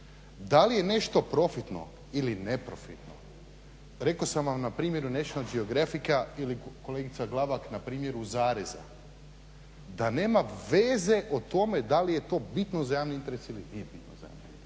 Da li je nešto profitno ili neprofitno, rekao sam vam na primjeru National Geographica ili kolegica Glavak npr. … da nema veze o tome da li je to bitno za javni interes ili nije bilo za javni interes.